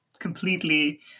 completely